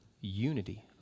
unity